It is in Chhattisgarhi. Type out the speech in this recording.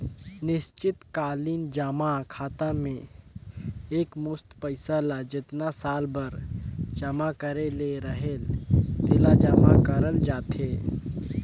निस्चित कालीन जमा खाता में एकमुस्त पइसा ल जेतना साल बर जमा करे ले रहेल तेला जमा करल जाथे